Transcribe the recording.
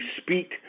speak